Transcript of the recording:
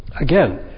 Again